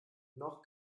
noch